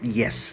yes